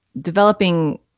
developing